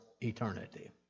eternity